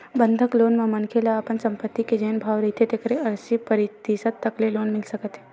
बंधक लोन म मनखे ल अपन संपत्ति के जेन भाव रहिथे तेखर अस्सी परतिसत तक के लोन मिल सकत हे